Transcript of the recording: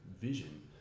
vision